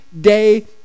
day